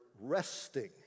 resting